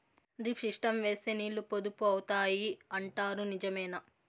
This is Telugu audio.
డ్రిప్ సిస్టం వేస్తే నీళ్లు పొదుపు అవుతాయి అంటారు నిజమేనా?